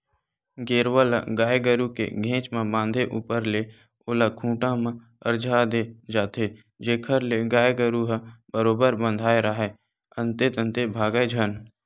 गेरवा ल गाय गरु के घेंच म बांधे ऊपर ले ओला खूंटा म अरझा दे जाथे जेखर ले गाय गरु ह बरोबर बंधाय राहय अंते तंते भागय झन